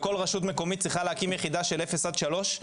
וכל רשות מקומית צריכה להקים יחידה של אפס עד שלוש,